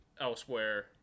elsewhere